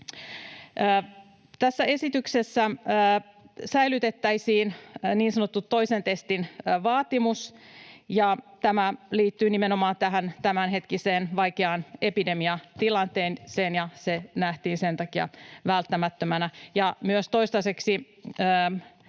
Tässä esityksessä säilytettäisiin niin sanottu toisen testin vaatimus, mikä liittyy nimenomaan tämänhetkiseen vaikeaan epidemiatilanteeseen, ja se nähtiin sen takia välttämättömänä. Myös kun toistaiseksi